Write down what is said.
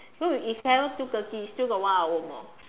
so it's haven't two thirty still got one hour more